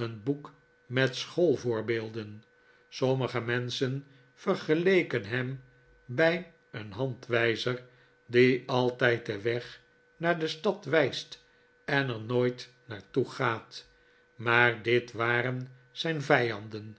een boek met schoolvoorbeelden sommige menschen vergeleken hem bij een handwijzer die altijd den weg naar de stad wijst en er nooit naar toe gaat maar dit waren zijn vijanden